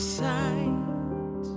sight